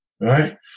right